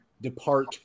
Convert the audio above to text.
depart